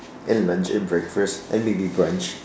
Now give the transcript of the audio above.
and lunch and breakfast and maybe brunch